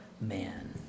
Man